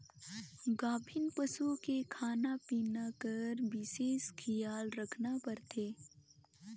गाभिन पसू के खाना पिना कर बिसेस खियाल रखना परथे